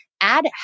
add